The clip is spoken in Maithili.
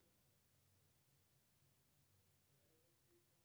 डिजिटल इंडिया कार्यक्रम के निगरानी प्रधानमंत्रीक अध्यक्षता मे बनल कमेटी करै छै